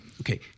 okay